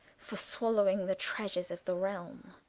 for swallowing the treasure of the realme.